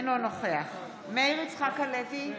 אינו נוכח מאיר יצחק הלוי,